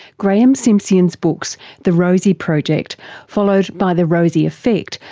graeme simsion's books, the rosie project followed by the rosie effect,